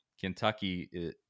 Kentucky